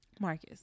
Marcus